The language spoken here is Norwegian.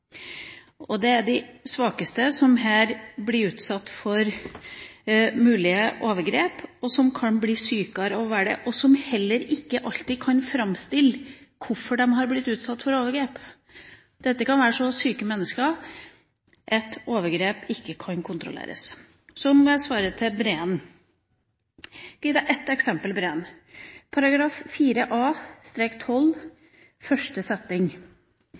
rettsprinsippene. Det er de svakeste som her blir utsatt for mulige overgrep, som kan bli sykere, og som heller ikke alltid kan framstille hvorfor de er blitt utsatt for overgrep. Dette kan være så syke mennesker at overgrep ikke kan kontrolleres. Så må jeg svare Breen. Jeg skal gi Breen ett eksempel. I § 4 A-12, første